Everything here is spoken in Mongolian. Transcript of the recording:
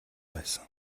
байсан